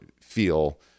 feel